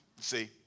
See